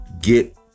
Get